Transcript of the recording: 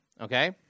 okay